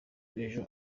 aje